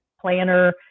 planner